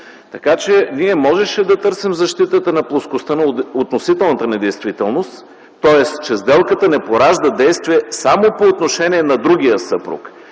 Така че ние можеше да търсим защитата на плоскостта на относителната недействителност, тоест че сделката не поражда действие само по отношение на другия съпруг,